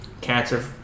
cancer